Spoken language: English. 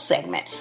segment